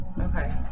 Okay